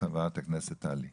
חברת הכנסת טלי גוטליב.